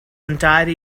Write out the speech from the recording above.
entire